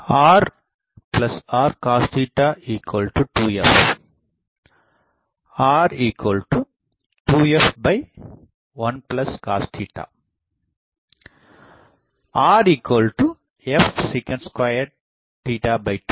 rrcos 2f r2f1cos rf sec22